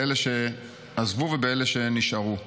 באלה שעזבו ובאלה שנשארו.